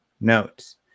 notes